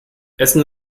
essen